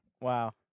Wow